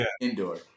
indoor